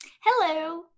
Hello